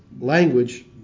language